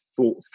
thought